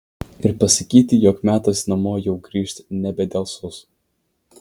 ir pasakyti jog metas namo jau grįžt nebedelsus